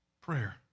Prayer